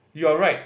you are right